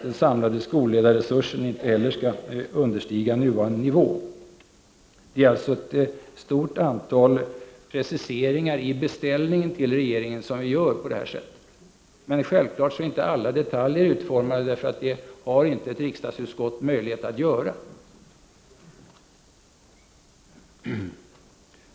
Den samlade skolledarresursen skall heller inte understiga nuvarande nivå. Det är alltså ett stort antal preciseringar i beställningen till regeringen som vi gör på det här sättet. Men självfallet har vi inte utformat alla detaljer, för det har inte ett riksdagsutskott möjlighet att göra.